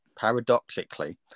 paradoxically